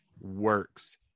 works